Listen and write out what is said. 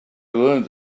learn